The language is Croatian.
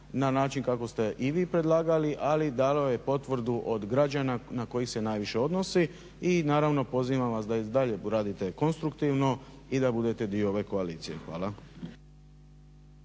na način kako ste i vi predlagali, ali dalo je potvrdu od građana na koje se najviše odnosi. I naravno pozivamo vas da i dalje radite konstruktivno i da budete dio ove koalicije. Hvala.